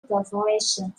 perforation